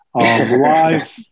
live